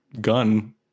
gun